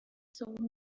saw